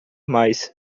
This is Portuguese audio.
mais